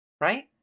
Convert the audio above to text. Right